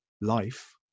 life